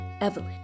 Evelyn